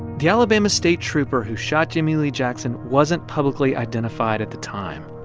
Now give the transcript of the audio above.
the alabama state trooper who shot jimmie lee jackson wasn't publicly identified at the time.